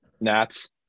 Nats